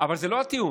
אבל זה לא הטיעון.